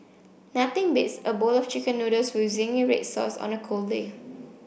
nothing beats a bowl of chicken noodles with zingy red sauce on a cold day